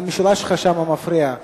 הישיבה שלך שם מפריעה,